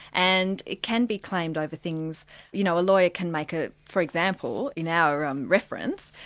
and it can be claimed over things you know a lawyer can make ah for example, in our um reference,